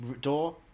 door